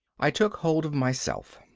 i took hold of myself.